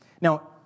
Now